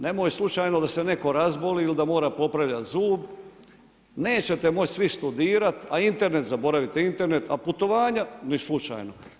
Nemoj slučajno da se netko razboli ili da mora popravljati zub, nećete moći svi studirati, a internet zaboravite Internet, a putovanja ni slučajno.